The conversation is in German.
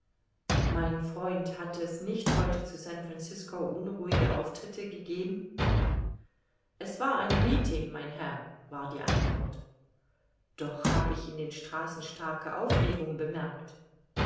mein freund hat es nicht heute zu san francisco unruhige auftritte gegeben es war ein meeting mein herr war die antwort doch hab ich in den straßen starke aufregung bemerkt